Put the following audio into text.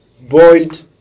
boiled